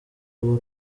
ubu